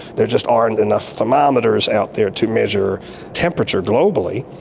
there just aren't enough thermometers out there to measure temperature globally.